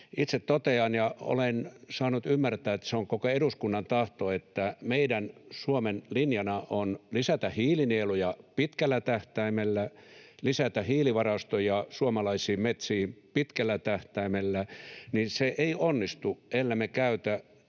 Itse totean ja olen saanut ymmärtää, että se on koko eduskunnan tahto, että meidän, Suomen, linjana on lisätä hiilinieluja pitkällä tähtäimellä, lisätä hiilivarastoja suomalaisiin metsiin pitkällä tähtäimellä, ja se ei onnistu, ellemme käytä